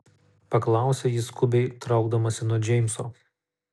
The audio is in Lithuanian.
paklausė ji skubiai traukdamasi nuo džeimso